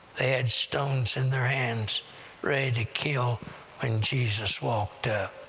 they had stones in their hands ready to kill when jesus walked